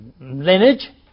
lineage